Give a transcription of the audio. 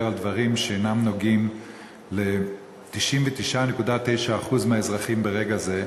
על דברים שאינם נוגעים ל-99.9% מהאזרחים ברגע זה.